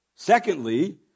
Secondly